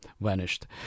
vanished